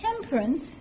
temperance